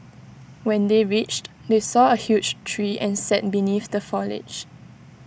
when they reached they saw A huge tree and sat beneath the foliage